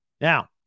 now